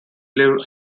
live